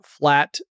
Flat